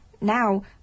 Now